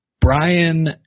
Brian